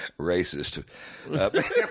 racist